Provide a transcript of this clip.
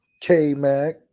K-Mac